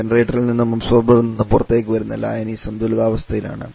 ജനറേറ്ററിൽ നിന്നും അബ്സോർബറിൽ നിന്നും പുറത്തേക്ക് വരുന്ന ലായനി സന്തുലിതാവസ്ഥയിലാണ്